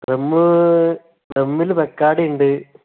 rum റമ്മില് Bacardi ഇണ്ട്